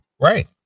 Right